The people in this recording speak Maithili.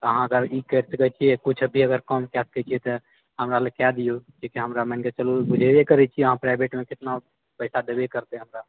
अहाँ अगर ई करि सकए छिऐ किछु अथी अगर कम कए सकए छिऐ तऽ हमरा लए कए दिऔ किआकि हमरा मानिके चलूँ बुझबे करए छिऐ अहाँ प्राइवटमे कितना पैसा देबए करतय हमरा